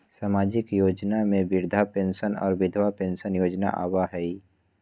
सामाजिक योजना में वृद्धा पेंसन और विधवा पेंसन योजना आबह ई?